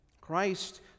Christ